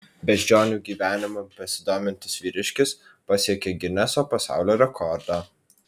beždžionių gyvenimu besidomintis vyriškis pasiekė gineso pasaulio rekordą